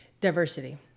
diversity